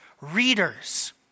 readers